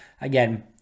Again